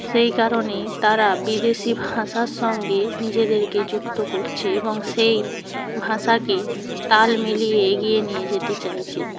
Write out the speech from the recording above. সেই কারণে তারা বিদেশি ভাষার সঙ্গে নিজেদেরকে যুক্ত করছে এবং সেই ভাঁষাকে তাল মিলিয়ে এগিয়ে নিয়ে যেতে চাইছে